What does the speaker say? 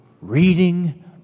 reading